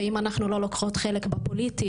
ואם אנחנו לא לוקחות חלק בפוליטי,